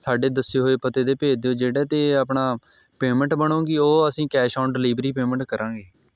ਸਾਡੇ ਦੱਸੇ ਹੋਏ ਪਤੇ 'ਤੇ ਭੇਜ ਦਿਓ ਜਿਹੜਾ ਅਤੇ ਆਪਣਾ ਪੇਮੈਂਟ ਬਣੇਗੀ ਉਹ ਅਸੀਂ ਕੈਸ਼ ਔਨ ਡਿਲੀਵਰੀ ਪੇਮੈਂਟ ਕਰਾਂਗੇ